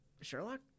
Sherlock